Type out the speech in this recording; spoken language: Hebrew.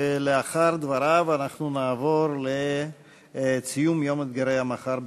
לאחר דבריו אנחנו נעבור לציון יום אתגרי המחר בתעסוקה.